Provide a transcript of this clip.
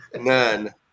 None